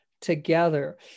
together